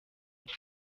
ibyo